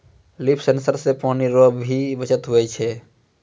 लिफ sensor से पानी रो भी बचत हुवै छै